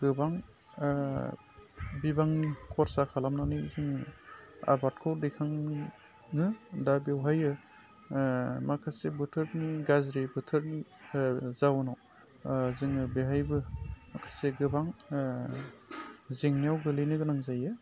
गोबां बिबांनि खरसा खालामनानै जों आबादखौ दैखाङो दा बेवहायो माखासे बोथोरनि गाज्रि बोथोरनि जाहोनाव जोङो बेवहायबो एसे गोबां जेंनायाव गोग्लैनो गोनां जायो